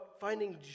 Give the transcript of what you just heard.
finding